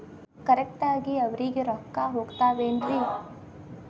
Correct ಆಗಿ ಅವರಿಗೆ ರೊಕ್ಕ ಹೋಗ್ತಾವೇನ್ರಿ?